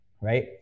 right